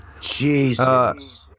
Jesus